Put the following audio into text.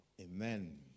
Amen